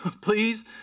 please